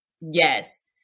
Yes